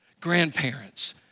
Grandparents